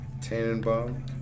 Tannenbaum